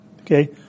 Okay